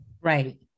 Right